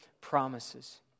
promises